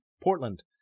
Portland